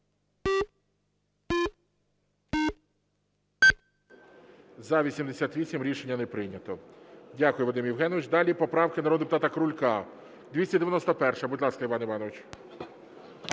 За-88 Рішення не прийнято. Дякую, Вадим Євгенович. Далі поправки народного депутата Крулька. 291-а. Будь ласка, Іван Іванович.